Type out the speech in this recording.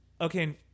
Okay